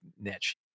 niche